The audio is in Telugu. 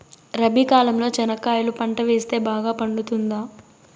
రబి కాలంలో చెనక్కాయలు పంట వేస్తే బాగా పండుతుందా?